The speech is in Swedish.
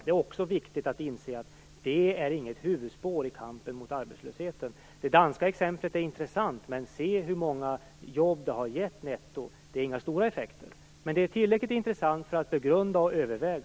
Det är också viktigt att inse att det inte är något huvudspår i kampen mot arbetslösheten. Det danska exemplet är intressant, men se hur många jobb det har gett netto! Det är inga stora effekter. Men det är tillräckligt intressant för att begrunda och överväga.